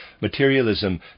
Materialism